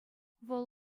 вӑл